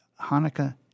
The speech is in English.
Hanukkah